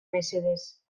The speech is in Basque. mesedez